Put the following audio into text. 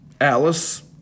Alice